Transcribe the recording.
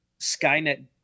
Skynet